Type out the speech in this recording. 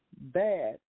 bad